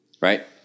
right